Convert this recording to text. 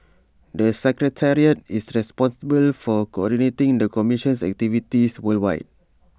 the secretariat is responsible for coordinating the commission's activities worldwide